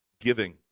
giving